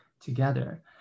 together